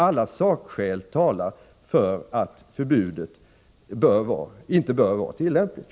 Alla sakskäl talar för att förbudet inte bör vara tillämpligt.